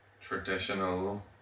traditional